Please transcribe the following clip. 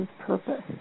purpose